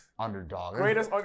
underdog